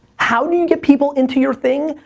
how do you get people into your thing?